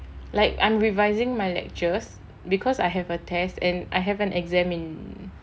like I'm revising my lectures because I have a test and I haven't examine